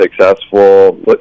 successful